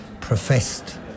professed